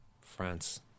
France